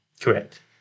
Correct